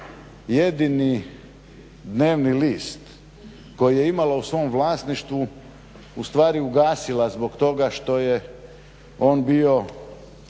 jedini dnevni list koji je imala u svom vlasništvu ustvari ugasila zbog toga što je on bio